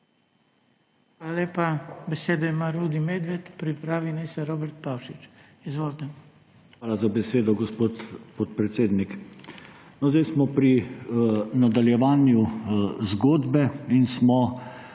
Hvala lepa. Besedo ima Rudi Medved. Pripravi naj se Robert Pavšič. RUDI MEDVED (PS LMŠ): Hvala za besedo, gospod podpredsednik. Sedaj smo pri nadaljevanju zgodbe in smo